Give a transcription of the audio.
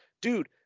Dude